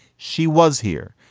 she was here.